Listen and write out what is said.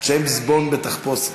ג'יימס בונד בתחפושת.